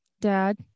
Dad